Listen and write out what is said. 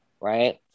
right